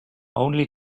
only